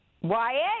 Wyatt